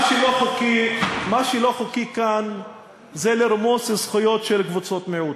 מה שלא חוקי כאן זה לרמוס זכויות של קבוצות מיעוט.